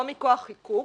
או מכוח חיקוק,